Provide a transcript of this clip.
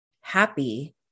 happy